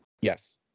Yes